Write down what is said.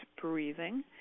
breathing